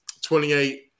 28